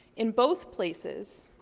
in both places,